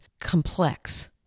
complex